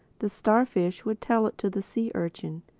the starfish would tell it to the sea-urchin,